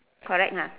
correct ah